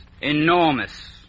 Enormous